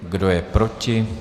Kdo je proti?